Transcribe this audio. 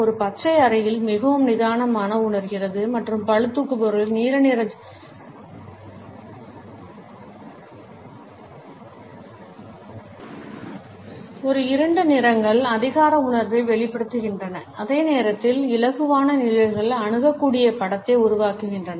ஒரு இருண்ட நிறங்கள் அதிகார உணர்வை வெளிப்படுத்துகின்றன அதே நேரத்தில் இலகுவான நிழல்கள் அணுகக்கூடிய படத்தை உருவாக்குகின்றன